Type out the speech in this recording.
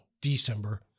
december